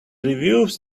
reviews